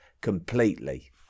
completely